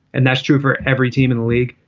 and that's true for every team in the league.